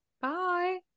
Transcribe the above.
Bye